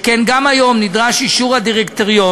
שכר גבוה, שכן גם היום נדרש אישור הדירקטוריון,